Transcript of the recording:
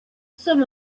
some